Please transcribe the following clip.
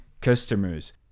customers